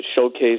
showcase